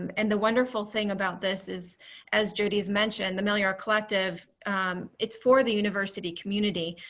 um and the wonderful thing about this is as jodi has mentioned, the meliora collective is for the university community.